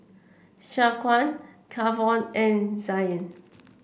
Shaquan Kavon and Zain